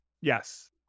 Yes